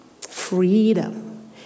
freedom